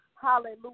Hallelujah